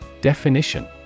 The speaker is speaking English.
Definition